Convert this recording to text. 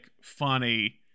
funny